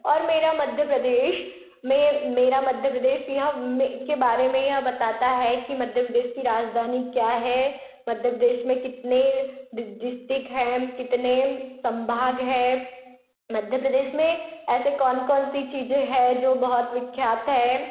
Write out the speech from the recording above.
और मेरा मध्य प्रदेश में मेरा मध्य प्रदेश यहाँ में के बारे में यह बताता है कि मध्य प्रदेश की राजधानी क्या है मध्य प्रदेश में कितने डिस्टिक है कितने सम्भाग है मध्य प्रदेश मे ऐसे कौन कौन सी चीज़ें है जो बहुत विख्यात है